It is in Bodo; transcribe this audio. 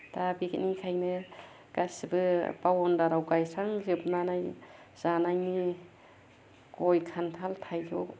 दा बेनिखायनो गासैबो बावन्दारियाव गायस्रांजोबनानै जानायनि गय खान्थाल थाइजौ